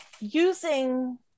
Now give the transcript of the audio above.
using